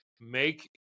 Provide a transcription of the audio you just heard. make